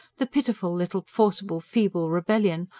the pitiful little forcible-feeble rebellion,